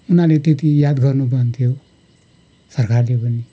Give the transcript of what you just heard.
उनीहरूले त्यति याद गर्नु पर्ने थियो सरकारले पनि